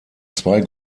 zwei